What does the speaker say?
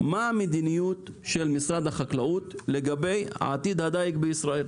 מה המדיניות של משרד החקלאות לגבי עתיד הדיג בישראל,